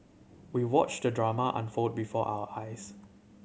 we watched the drama unfold before our eyes